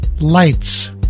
lights